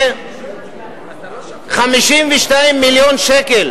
ש-52 מיליון שקל